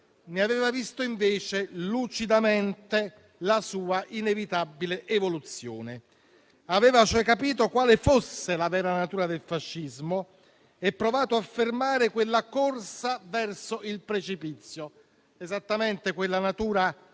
ne aveva visto invece lucidamente la sua inevitabile evoluzione. Aveva cioè capito quale fosse la vera natura del fascismo e provato a fermare quella corsa verso il precipizio: esattamente quella natura